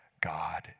God